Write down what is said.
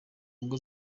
ngo